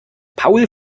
paul